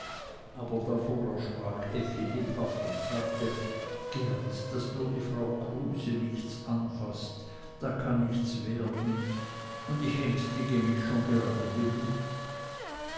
aber davor erschrak effi lebhaft und sagte geert daß nur die frau kruse nichts anfaßt da kann nichts werden und ich ängstige mich schon gerade genug